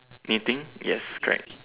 knitting yes correct